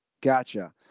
Gotcha